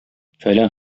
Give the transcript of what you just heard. фәлән